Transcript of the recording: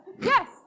yes